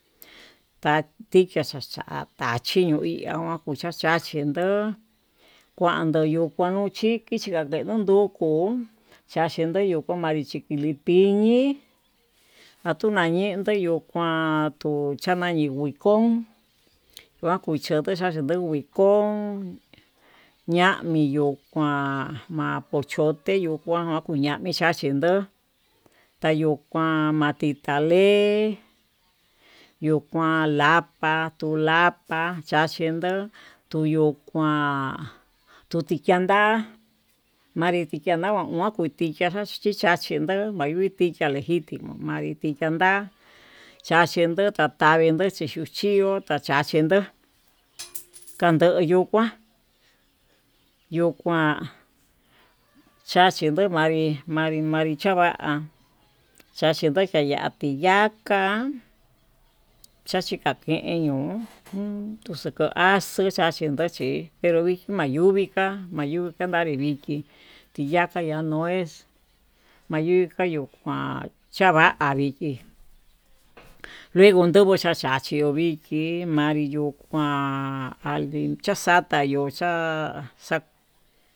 Takikia xhaxa takinia kuxhaxindó kuando yo'o kunu xhichi kande yo'o nduku, chachi yo'o nduku machi nichikiñi atuñañini yuu kuan tuchamani kuikon kuan kuichoto chachindo kuikon ña'ami yuu kuan ma'a pochote kuan kuñami kuachindó, tayuu kuan matitale yuu kuan lapa tuu lapa chindó tuyu kuan tutiyandá manri yanda ñuu kuu tichacha tachindo mayuí, tiya'a lejitimo manrí tiyanda taxhindo tiyavindó ichuchio taxhindó kando yuu kuan yuu kuan chachindo manri manri chava'a chachindo kaya'a tiyaká chachi kaken ño'o uun xukuxu axuu kachindo xhin, pero viki mayuviká yuu kandari viki tiya'a ya no es mayukua nuu kuan chava andiki luego ndugu xaxhaxi achio viki ma'anrí yuu kuán ayin chaxata yuu xan xa.